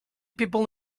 people